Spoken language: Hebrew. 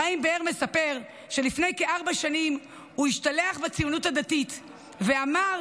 חיים באר מספר שלפני כארבע שנים הוא השתלח בציונות הדתית ואמר